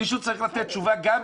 מישהו צריך לתת תשובה גם,